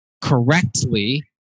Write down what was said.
correctly